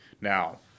Now